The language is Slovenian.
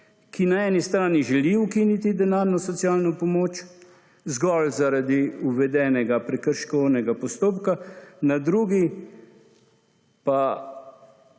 ki na eni strani želi ukiniti denarno socialno pomoč zgolj zaradi uvedenega prekrškovnega postopka, na drugi